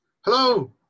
Hello